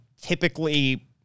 typically